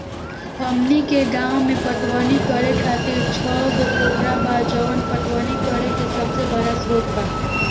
हमनी के गाँव में पटवनी करे खातिर छव गो पोखरा बा जवन पटवनी करे के सबसे बड़ा स्रोत बा